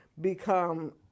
become